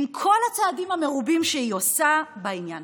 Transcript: עם כל הצעדים המרובים שהיא עושה בעניין.